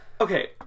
Okay